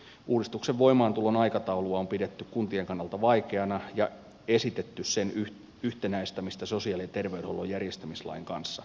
uudistuksen voimaantulon aikataulua on pidetty kuntien kannalta vaikeana ja on esitetty sen yhtenäistämistä sosiaali ja terveydenhuollon järjestämislain kanssa